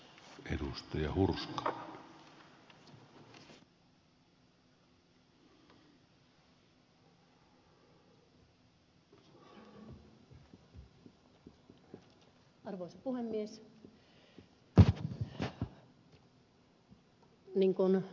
niin kuin ed